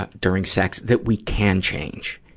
ah during sex that we can change.